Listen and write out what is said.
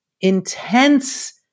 intense